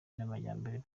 n’amajyambere